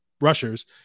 rushers